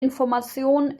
information